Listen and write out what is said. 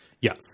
Yes